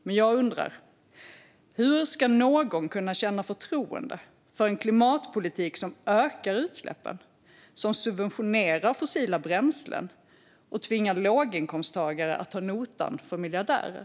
Men jag undrar: Hur ska någon kunna känna förtroende för en klimatpolitik som ökar utsläppen, subventionerar fossila bränslen och tvingar låginkomsttagare att ta notan för miljardärer?